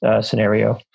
scenario